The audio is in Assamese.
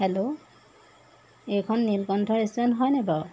হেল্ল' এইখন নীলকণ্ঠ ৰেষ্টুৰেণ্ট হয়নে বাৰু